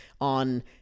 on